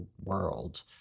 world